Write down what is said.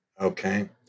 Okay